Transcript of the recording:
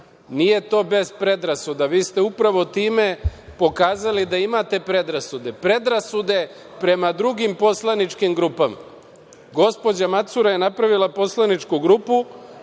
Nije to bez predrasuda, vi ste upravo time pokazali da imate predrasude. Predrasude prema drugim poslaničkim grupama. Gospođa Macura je napravila poslaničku grupu,